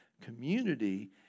Community